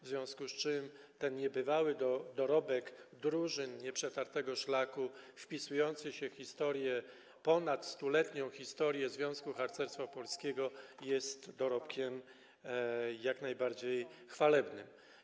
W związku z tym ten niebywały dorobek drużyn Nieprzetartego Szlaku, wpisujący się w ponadstuletnią historię Związku Harcerstwa Polskiego, jest dorobkiem jak najbardziej chwalebnym.